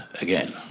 again